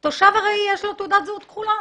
כן.